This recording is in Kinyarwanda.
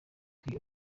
rwe